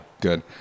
good